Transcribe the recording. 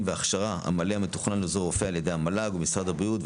וההכשרה המלא המתוכנן לעוזר רופא על ידי המל"ג ומשרד הבריאות,